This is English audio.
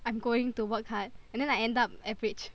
I'm going to work hard and then I end up average